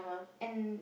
and